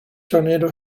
tornado